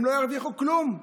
הם לא ירוויחו כלום.